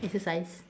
exercise